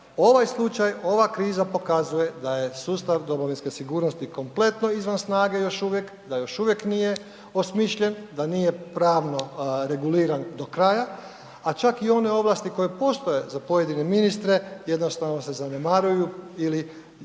Ovaj slučaj, ova kriza pokazuje da je sustav domovinske sigurnosti kompletno izvan snage još uvijek, da još uvijek nije osmišljen, da nije pravno reguliran do kraja, a čak i one ovlasti koje postoje za pojedine ministre jednostavno se zanemaruju ili,